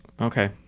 Okay